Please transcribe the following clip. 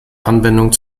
anwendung